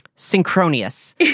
Synchronous